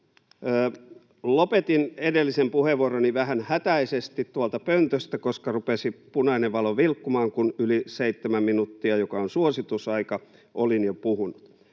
Lopetin edellisen puheenvuoroni vähän hätäisesti tuolta pöntöstä, koska rupesi punainen valo vilkkumaan, kun olin jo puhunut yli seitsemän minuuttia, joka on suositusaika. Sanoin,